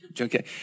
okay